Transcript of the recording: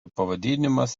pavadinimas